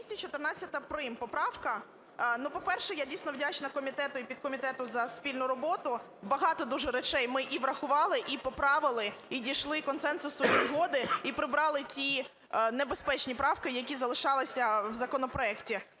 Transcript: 214 прим поправка. Ну, по-перше, я, дійсно, вдячна комітету і підкомітету за спільну роботу. Багато дуже речей ми і врахували, і поправили, і дійшли консенсусу і згоди, і прибрали ті небезпечні правки, які залишалися в законопроекті.